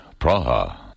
Praha